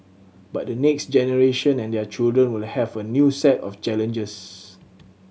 but the next generation and their children will have a new set of challenges